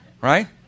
right